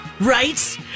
right